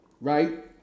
right